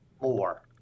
more